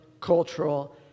cultural